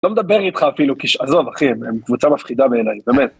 לא מדבר איתך אפילו, עזוב אחי, קבוצה מפחידה בעיניי, באמת.